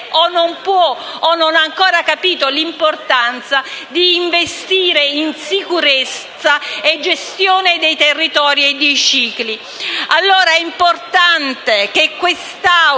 non può o non ha ancora capito l'importanza di investire in sicurezza e gestione dei territori e del ciclo